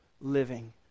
living